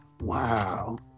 Wow